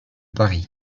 paris